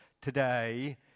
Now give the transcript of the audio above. today